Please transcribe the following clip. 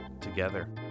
together